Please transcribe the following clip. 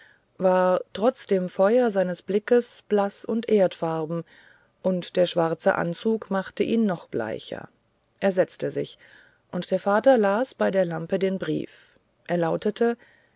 war trotz dem feuer seines blicks blaß und erdfarben und der schwarze anzug machte ihn noch bleicher er setzte sich und der vater las bei der lampe den brief er lautete